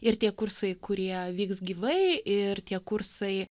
ir tie kursai kurie vyks gyvai ir tie kursai